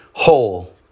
Whole